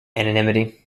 anonymity